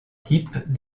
types